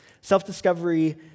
Self-discovery